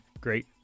great